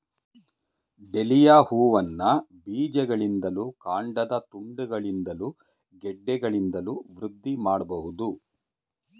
dahlia ಹೂವನ್ನ ಬೀಜಗಳಿಂದಲೂ ಕಾಂಡದ ತುಂಡುಗಳಿಂದಲೂ ಗೆಡ್ಡೆಗಳಿಂದಲೂ ವೃದ್ಧಿ ಮಾಡ್ಬಹುದು